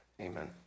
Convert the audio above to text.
Amen